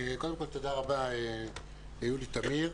קודם כל תודה רבה, יולי תמיר.